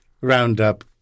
roundup